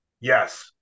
yes